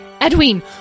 Edwin